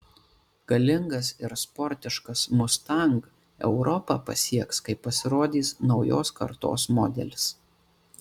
galingas ir sportiškas mustang europą pasieks kai pasirodys naujos kartos modelis